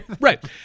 right